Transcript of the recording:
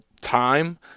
time